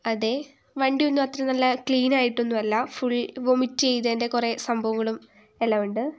അതെ വണ്ടി ഒന്നും അത്ര നല്ല ക്ലീൻ ആയിട്ടൊന്നും അല്ല ഫുൾ വൊമിറ്റ് ചെയ്തതിൻ്റെ കുറേ സംഭവങ്ങളും എല്ലാം ഉണ്ട്